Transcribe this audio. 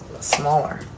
smaller